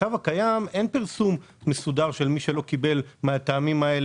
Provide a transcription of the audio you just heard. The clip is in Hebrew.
במצב הקיים אין פרסום מסודר מי לא קיבל מהטעמים האלה,